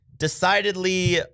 decidedly